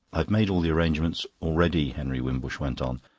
i've made all the arrangements already, henry wimbush went on.